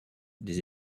des